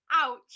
ouch